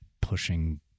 pushing